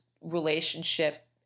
relationship